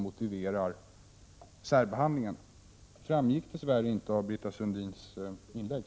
Detta framgick dess värre inte av Britta Sundins inlägg.